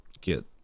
get